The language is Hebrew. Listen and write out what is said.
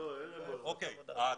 העדפה.